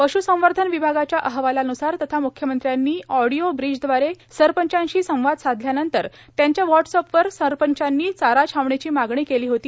पश्संवर्धन विभागाच्या अहवालान्सार तथा मुख्यमंत्र्यांनी ऑडीओ ब्रीजद्वारे सरपंचांशी संवाद साधल्यानंतर त्यांच्या व्हॉट्सअपवर सरपंचांनी चारा छावणीची मागणी केली होती